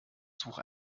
suche